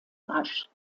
rasch